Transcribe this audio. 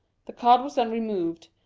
the card was then removed,